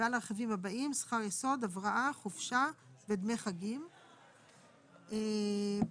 שכר יסוד במכפלת ימי חג (9 ימים בשנה),